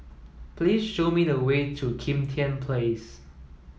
please show me the way to Kim Tian Place